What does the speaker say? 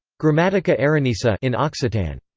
gramatica aranesa in occitan.